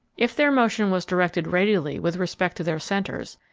if their motion was directed radially with respect to their centers,